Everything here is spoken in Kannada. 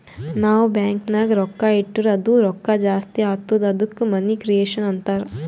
ನಾವ್ ಬ್ಯಾಂಕ್ ನಾಗ್ ರೊಕ್ಕಾ ಇಟ್ಟುರ್ ಅದು ರೊಕ್ಕಾ ಜಾಸ್ತಿ ಆತ್ತುದ ಅದ್ದುಕ ಮನಿ ಕ್ರಿಯೇಷನ್ ಅಂತಾರ್